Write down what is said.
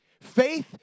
Faith